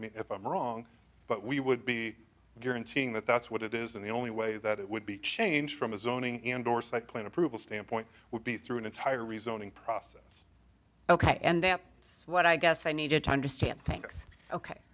me if i'm wrong but we would be guaranteeing that that's what it is and the only way that it would be changed from a zoning and or cycling approval standpoint would be through an entire rezoning process ok and that is what i guess i need to understand thanks ok